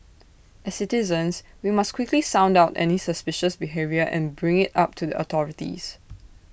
as citizens we must quickly sound out any suspicious behaviour and bring IT up to the authorities